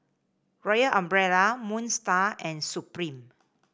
Royal Umbrella Moon Star and Supreme